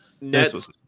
Nets